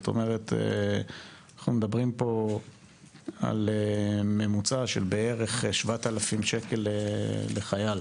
מדובר על ממוצע של בערך 7,000 שקלים לחייל.